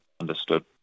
understood